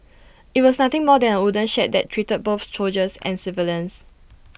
IT was nothing more than A wooden shed that treated both soldiers and civilians